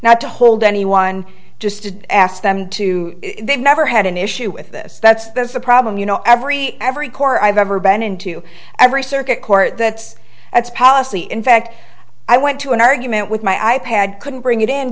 not to hold anyone just to ask them to they've never had an issue with this that's that's a problem you know every every corner i've ever been into every circuit court that's its policy in fact i went to an argument with my i pad couldn't bring it in